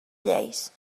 lleis